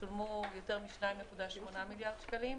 שולמו יותר מ-2.8 מיליארד שקלים